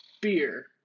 beer